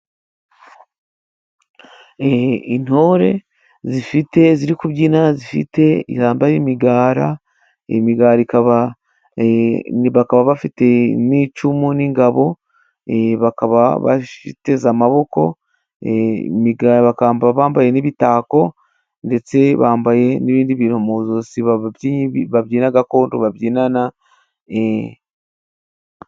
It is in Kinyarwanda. Intore zifite ziri kubyina zifite zambaye imigara imigara ikaba bakaba bafite n'icumu n'ingabo bakaba bateze amaboko, bambaye n'ibitako ndetse bambaye n'ibindi babyina gakondo babyinana.